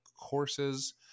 courses